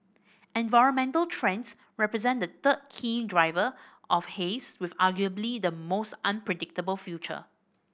environmental trends represent the third key driver of haze with arguably the most unpredictable future